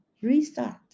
Restart